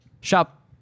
Shop